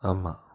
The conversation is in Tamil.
ஆமாம்